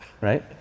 Right